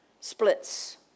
Splits